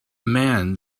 man